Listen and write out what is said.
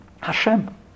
Hashem